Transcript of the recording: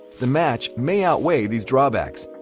the match may outweigh these drawbacks.